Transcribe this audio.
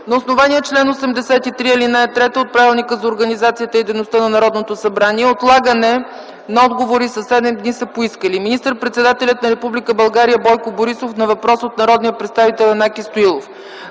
На основание чл. 83, ал. 3 от Правилника за организацията и дейността на Народното събрание, отлагане на отговори със седем дни са поискали: - министър-председателят на Република България Бойко Борисов - на въпрос от народния представител Янаки Стоилов;